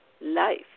life